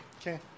Okay